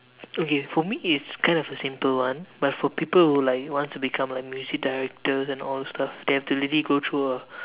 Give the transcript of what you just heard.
okay for me is kind of a simple one but for people who like want to become like music director and all those stuff they have to really go through a